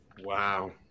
Wow